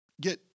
get